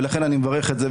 ולכן אני מברך על זה.